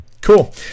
Cool